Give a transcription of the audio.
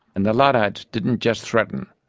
and the luddites didn't just threaten.